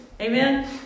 Amen